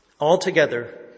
Altogether